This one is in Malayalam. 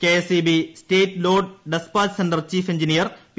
KSEB state load despatch centre chief engineer P